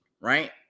right